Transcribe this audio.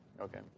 Okay